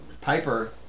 Piper